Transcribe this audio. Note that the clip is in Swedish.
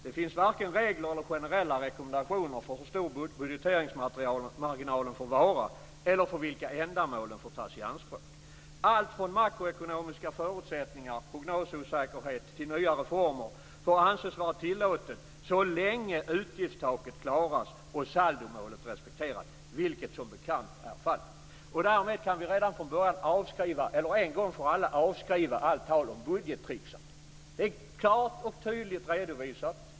Det finns varken regler eller generella rekommendationer för hur stor budgeteringsmarginalen får vara eller för vilka ändamål den får tas i anspråk. Allt från makroekonomiska förutsättningar, prognososäkerhet till nya reformer får anses vara tillåtet så länge utgiftstaket klaras och saldomålet respekteras, vilket som bekant är fallet. Därmed kan vi en gång för alla avskriva allt tal om budgettricksande. Det är klart och tydligt redovisat.